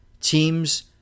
teams